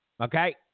Okay